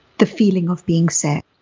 the feeling of being sad.